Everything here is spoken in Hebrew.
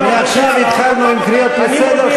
עכשיו התחלנו עם קריאות לסדר.